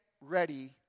ready